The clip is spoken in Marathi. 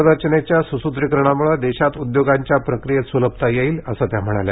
कररचनेच्या सुसूत्रीकरणामुळं देशात उद्योगांच्या प्रक्रियेत सुलभता येईल असं त्या म्हणाल्या